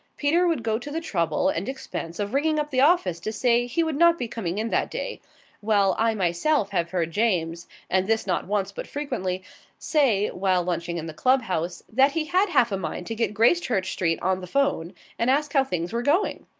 peter would go to the trouble and expense of ringing up the office to say he would not be coming in that day while i myself have heard james and this not once, but frequently say, while lunching in the club-house, that he had half a mind to get gracechurch street on the phone and ask how things were going.